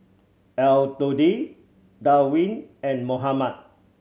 Elodie Darwin and Mohammad